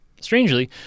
Strangely